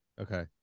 Okay